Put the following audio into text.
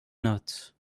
note